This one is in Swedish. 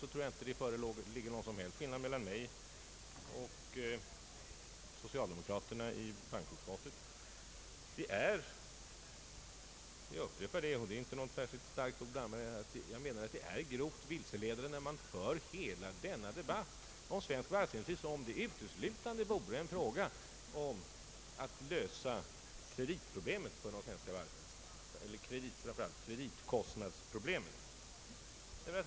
Jag tror inte att det föreligger någon skillnad mellan mig och socialdemokraterna i bankoutskottet. Jag upprepar att det är grovt vilseledande när man för hela denna debatt om svensk varvsindustri som om det uteslutande vore fråga om att lösa kreditkostnadsproblemen för de svenska varven.